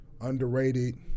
underrated